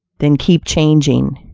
than keep changing.